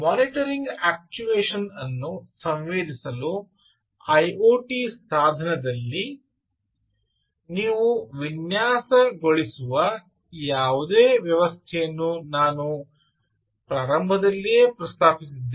monitoring actuation ಅನ್ನು ಸಂವೇದಿಸಲು IoT ಸಾಧನದಲ್ಲಿ ನೀವು ವಿನ್ಯಾಸಗೊಳಿಸುವ ಯಾವುದೇ ವ್ಯವಸ್ಥೆಯನ್ನು ನಾನು ಪ್ರಾರಂಭದಲ್ಲಿಯೇ ಪ್ರಸ್ತಾಪಿಸಿದ್ದೇನೆ